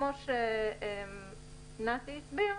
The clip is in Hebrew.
כמו שנתי הסביר,